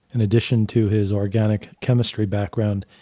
in addition to his organic chemistry background.